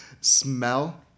smell